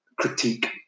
critique